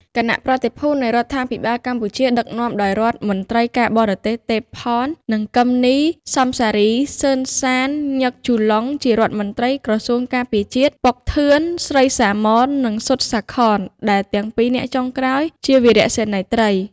គណៈប្រតិភូនៃរដ្ឋាភិបាលកម្ពុជាដឹកនាំដោយរដ្ឋ មន្ត្រីការបទេសទេពផន និង គឹមនី សម សារី សឺន សាន ញឹក ជូឡុងជារដ្ឋមន្ត្រីក្រសួងការពារជាតិ ប៉ុក ធឿន ស្រី សាម៉ន និងស៊ុត សាខន ដែលទាំងពីរនាក់ចុងក្រោយ ជាវរសេនីយត្រី។